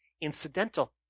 incidental